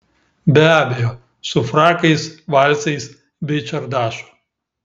be abejo su frakais valsais bei čardašu